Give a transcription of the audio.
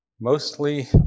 Mostly